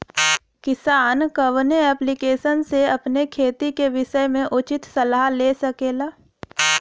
किसान कवन ऐप्लिकेशन से अपने खेती के विषय मे उचित सलाह ले सकेला?